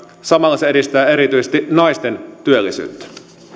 samalla se edistää erityisesti naisten työllisyyttä